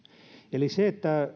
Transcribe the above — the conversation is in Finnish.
eli se